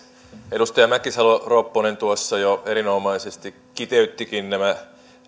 edustaja mäkisalo ropponen jo erinomaisesti kiteyttikin nämä